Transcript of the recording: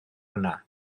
yna